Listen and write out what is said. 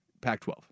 Pac-12